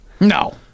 No